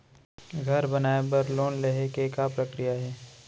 घर बनाये बर लोन लेहे के का प्रक्रिया हे?